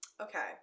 Okay